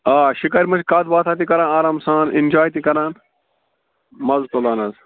آ شِکارِ منٛز چھِ کَتھ باتھا تہِ کَران آرام سان اینٛجاے تہِ کَران مَزٕ تُلان حظ